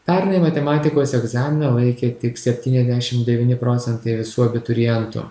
pernai matematikos egzaminą laikė tik septyniasdešim devyni procentai visų abiturientų